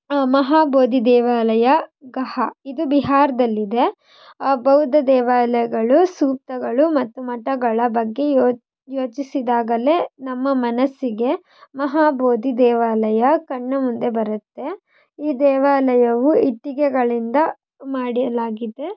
ಮಹಾಬೋಧಿ ದೇವಾಲಯ ಗಹ ಇದು ಬಿಹಾರದಲ್ಲಿದೆ ಬೌದ್ಧ ದೇವಾಲಯಗಳು ಸೂಕ್ತಗಳು ಮತ್ತು ಮಠಗಳ ಬಗ್ಗೆ ಯೊ ಯೋಚಿಸಿದಾಗಲೇ ನಮ್ಮ ಮನಸ್ಸಿಗೆ ಮಹಾಬೋಧಿ ದೇವಾಲಯ ಕಣ್ಣ ಮುಂದೆ ಬರುತ್ತೆ ಈ ದೇವಾಲಯವು ಇಟ್ಟಿಗೆಗಳಿಂದ ಮಾಡಲಾಗಿದೆ